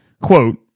Quote